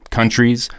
countries